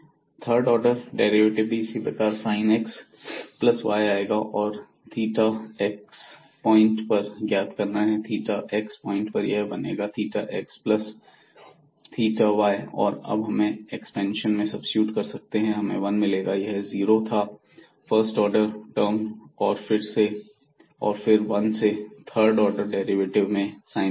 third order derivative भी इसी प्रकार sin x प्लस y आएगा और हमें थीटा x पॉइंट पर यह ज्ञात करना है थीटा x पॉइंट पर यह बनेगा theta x plus theta y और अब हम इसे एक्सपेंशन में सब्सीट्यूट कर सकते हैं तो हमें वन मिलेगा यह जीरो था फर्स्ट ऑर्डर टर्म और फिर से 1 और थर्ड ऑर्डर डेरिवेटिव में sin मिलेगा